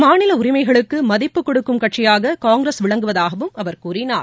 மாநில உரிமைகளுக்கு மதிப்புக்கொடுக்கும் கட்சியாக காங்கிரஸ் விளங்குவதாகவும் அவர் கூறினார்